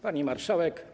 Pani Marszałek!